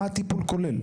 מה הטיפול כולל?